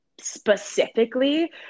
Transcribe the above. specifically